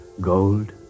Gold